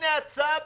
הנה הצעה בחינם.